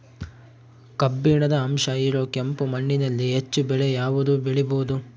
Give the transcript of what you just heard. ಕಬ್ಬಿಣದ ಅಂಶ ಇರೋ ಕೆಂಪು ಮಣ್ಣಿನಲ್ಲಿ ಹೆಚ್ಚು ಬೆಳೆ ಯಾವುದು ಬೆಳಿಬೋದು?